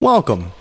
Welcome